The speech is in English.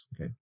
Okay